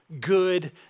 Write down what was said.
good